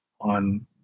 on